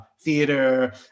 theater